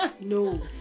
No